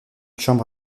chambre